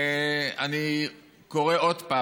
אני קורא שוב,